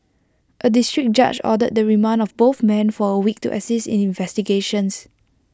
A District Judge ordered the remand of both men for A week to assist in investigations